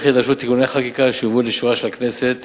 יידרשו תיקוני חקיקה שיובאו לאישורה של הכנסת